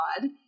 God